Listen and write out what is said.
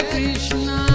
Krishna